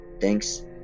thanks